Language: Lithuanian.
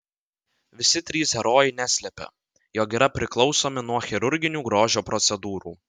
visi trys herojai neslepia jog yra priklausomi nuo chirurginių grožio procedūrų